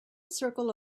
circle